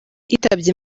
yitabye